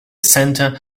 center